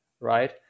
right